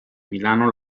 milano